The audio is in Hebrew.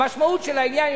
המשמעות של העניין,